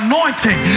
Anointing